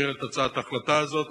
להעביר את הצעת ההחלטה הזאת,